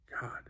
God